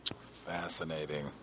fascinating